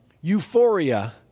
euphoria